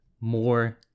more